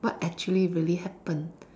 what actually really happen